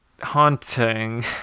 haunting